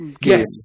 yes